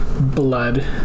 blood